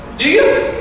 you? yeah,